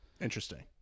Interesting